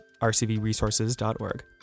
rcvresources.org